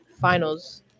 finals